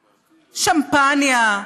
שמפניה.